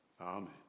Amen